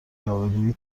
یاوهگویی